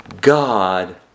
God